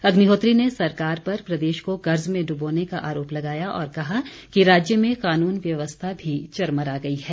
अग्निहोत्री ने सरकार पर प्रदेश को कर्ज में डुबोने का आरोप लगाया और कहा कि राज्य में कानून व्यवस्था भी चरमरा गई है